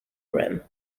rim